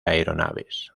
aeronaves